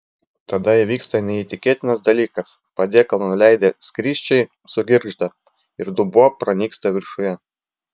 tada įvyksta neįtikėtinas dalykas padėklą nuleidę skrysčiai sugirgžda ir dubuo pranyksta viršuje